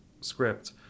script